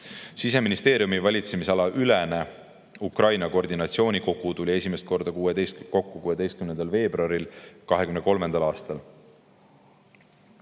Siseministeeriumi valitsemisala ülene Ukraina koordinatsioonikogu tuli esimest korda kokku 16. veebruaril 2023. aastal.